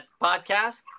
podcast